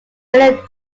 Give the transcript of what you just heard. many